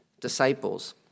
disciples